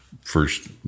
first